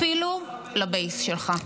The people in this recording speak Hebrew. אפילו לבייס שלך?